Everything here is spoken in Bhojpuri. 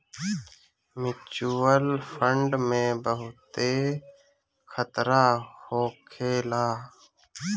म्यूच्यूअल फंड में बहुते खतरा होखेला